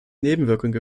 nebenwirkungen